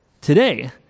Today